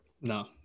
No